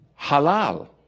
Halal